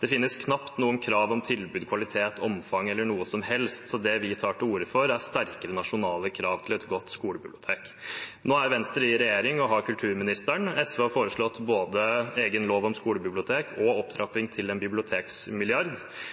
«Det finnes knapt noen krav om tilbud, kvalitet, omfang eller noe som helst. Så det vi tar til orde for, er sterkere nasjonale krav til å ha et godt skolebibliotektilbud.» Nå er Venstre i regjering og har kulturministeren. SV har foreslått både egen lov om skolebibliotek og opptrapping til en